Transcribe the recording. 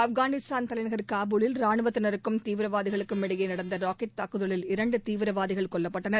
ஆப்கானிஸ்தான் தலைநகர் காபூலில் ராணுவத்தினருக்கும் தீவிரவாதிகளுக்கும் இடையே நடந்த ராக்கெட் தாக்குதலில் இரண்டு தீவிரவாதிகள் கொல்லப்பட்டனர்